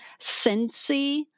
Cincy